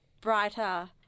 brighter